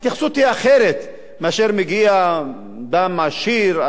ההתייחסות היא אחרת מזו שקיימת כשמגיע אדם עשיר,